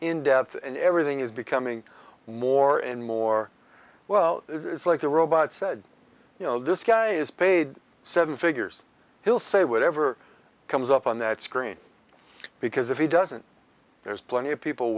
in depth and everything is becoming more and more well it's like the robot said you know this guy is paid seven figures he'll say whatever comes up on that screen because if he doesn't there's plenty of people